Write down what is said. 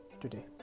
today